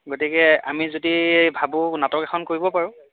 গতিকে আমি যদি ভাবোঁ নাটক এখন কৰিব পাৰোঁ